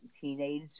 teenage